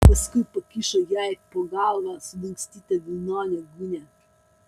paskui pakišo jai po galva sulankstytą vilnonę gūnią